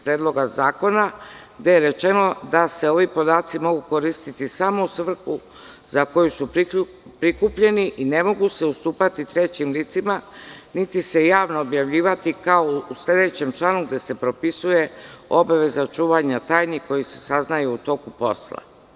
Predloga zakona gde je rečeno da ovi podaci mogu koristiti samo u svrhu za koju su prikupljeni i ne mogu se ustupati trećim licima niti se javno objavljivati kao u sledećem članu gde se propisuje obaveza čuvanja tajni koje se saznaju u toku posla.